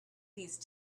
these